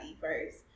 first